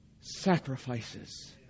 sacrifices